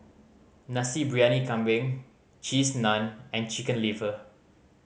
Nasi Briyani Kambing Cheese Naan and Chicken Liver